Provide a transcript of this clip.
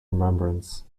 remembrance